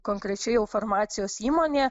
konkrečiai jau farmacijos įmonė